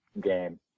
game